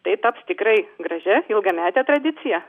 tai taps tikrai gražia ilgamete tradicija